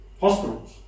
hospitals